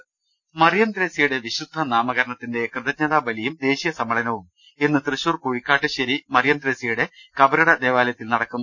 രുട്ട്ട്ട്ട്ട്ട്ട മറിയം ത്രേസ്യയുടെ വിശുദ്ധനാമകരണത്തിന്റെ കൃതജ്ഞതാബലിയും ദേശീയ സമ്മേളനവും ഇന്ന് തൃശൂർ കുഴിക്കാട്ടുശ്ശേരി മറിയം ത്രേസൃയുടെ കബറിട ദേവാലയത്തിൽ നടക്കും